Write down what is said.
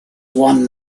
won